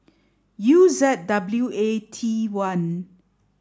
U Z W A T one